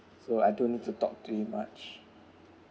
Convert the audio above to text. so I don't need to talk too much